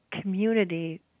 community